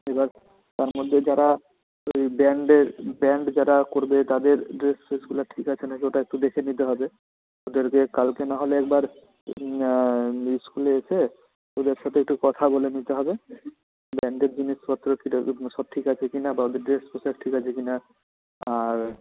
এবার তারমধ্যে যারা ওই ব্যান্ডের ব্যান্ড যারা করবে তাদের ড্রেস ফেসগুলা ঠিক আছে না কি ওটা একটু দেখে নিতে হবে ওদেরকে কালকে নাহলে একবার স্কুলে এসে ওদের সাথে একটু কথা বলে নিতে হবে ব্যান্ডের জিনিসপত্র সেটা সব ঠিক আছে কি না বা ড্রেস পোশাক ঠিক আছে কি না আর